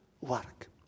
work